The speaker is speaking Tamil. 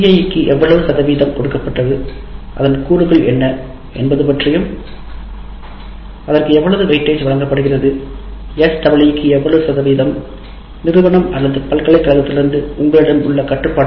CIE க்கு எவ்வளவு சதவீதம் கொடுக்கப்பட்டது அதன் கூறுகள் என்ன என்பது பற்றியும் அதற்கு எவ்வளவு வெயிட்டேஜ் வழங்கப்படுகிறது SEE க்கு எவ்வளவு சதவீதம் நிறுவனம் அல்லது பல்கலைக்கழகத்திலிருந்து உங்களிடம் உள்ள கட்டுப்பாடுகள்